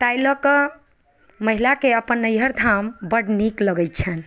ताहि लअ कऽ महिलाके अपन नैहर धाम बड्ड नीक लगै छन्हि